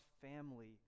family